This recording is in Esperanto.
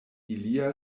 ilia